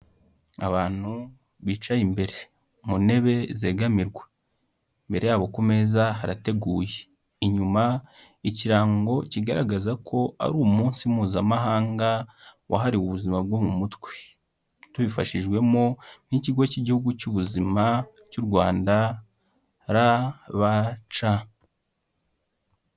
Abantu bicaye imbere mu ntebe zegamirwa, imbere yabo ku meza harateguye, inyuma ikirango kigaragaza ko ari umunsi mpuzamahanga wahariwe ubuzima bwo mu mutwe, tubifashijwemo ni ikigo cy'igihugu cy'ubuzima cy'u Rwanda RBC.